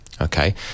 okay